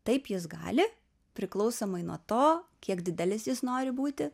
taip jis gali priklausomai nuo to kiek didelis jis nori būti